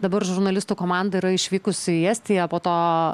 dabar žurnalistų komanda yra išvykusi į estiją po to